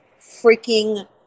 freaking